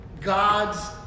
God's